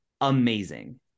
amazing